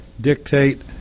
dictate